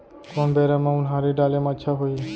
कोन बेरा म उनहारी डाले म अच्छा होही?